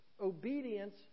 Obedience